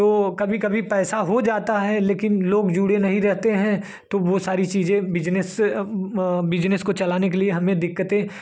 तो कभी कभी पैसा हो जाता है लेकिन लोग जुड़े नहीं रहते हैं तो वो सारी चीज बिज़नेस बिज़नेस को चलाने के लिए हमें दिक्कतें